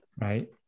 right